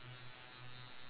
ya